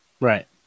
Right